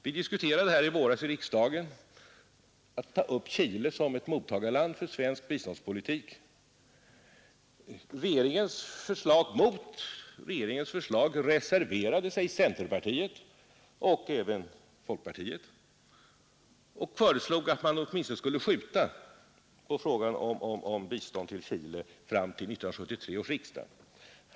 Vi diskuterade i våras om Chile skulle föras upp som huvudmottagarland för svenskt bistånd. Mot regeringens förslag reserverade sig centerpartiet och även folkpartiet, som krävde att man åtminstone skulle skjuta på frågan om bistånd till Chile fram till 1973 års riksdag.